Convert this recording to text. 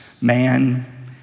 man